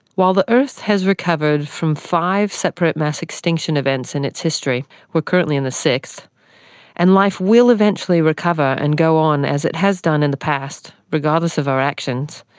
while the earth has recovered from five separate mass extinction events in its history we're currently in the sixth and life will eventually recover and go on as it has done in the past, regardless of our actions,